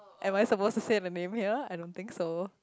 am I supposed to say the name here I don't think so